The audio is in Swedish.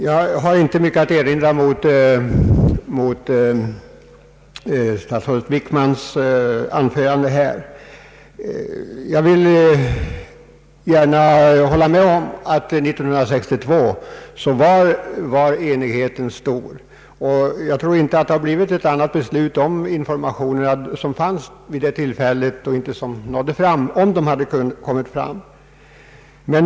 Jag har inte mycket att erinra emot statsrådet Wickmans anförande. Jag vill gärna hålla med om att år 1962 var enigheten stor. även om de informationer som fanns men inte nådde fram då hade varit tillgängliga för oss tror jag inte att beslutet blivit ett annat.